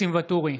ניסים ואטורי,